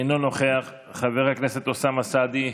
אינו נוכח, חבר הכנסת אוסאמה סעדי,